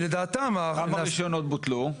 כמה רישיונות בוטלו?